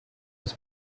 his